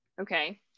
Okay